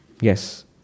Yes